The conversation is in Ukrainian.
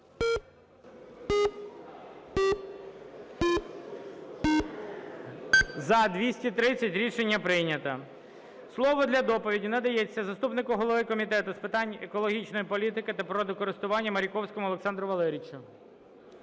За-230 Рішення прийнято. Слово для доповіді надається заступнику голови Комітету з питань екологічної політики та природокористування Маріковському Олександру Валерійовичу.